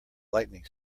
lightning